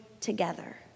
together